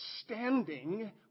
standing